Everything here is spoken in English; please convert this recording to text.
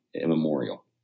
immemorial